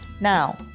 Now